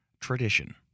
tradition